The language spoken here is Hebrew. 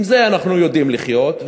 עם זה אנחנו יודעים לחיות,